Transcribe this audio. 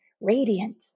radiant